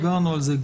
דיברנו על זה,